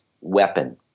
weapon